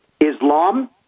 Islam